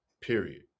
Period